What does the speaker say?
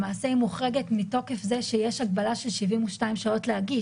למעשה היא מוחרגת מתוקף זה שיש הגבלה של 72 שעות להגיש